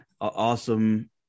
awesome